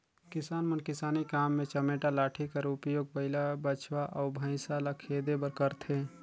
किसान मन किसानी काम मे चमेटा लाठी कर उपियोग बइला, बछवा अउ भइसा ल खेदे बर करथे